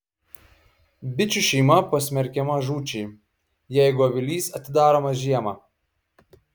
bičių šeima pasmerkiama žūčiai jeigu avilys atidaromas žiemą